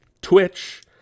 Twitch